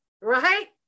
right